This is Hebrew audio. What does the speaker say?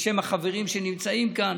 בשם החברים שנמצאים כאן,